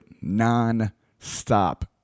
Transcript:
non-stop